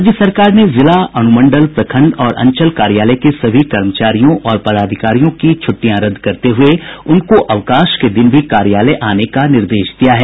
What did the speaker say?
राज्य सरकार ने जिला अनुमंडल प्रखंड और अंचल कार्यालय के सभी कर्मचारियों और पदाधिकारियों की छ्टिटयां रद्द करते हये उनको अवकाश के दिन भी कार्यालय आने का निर्देश दिया है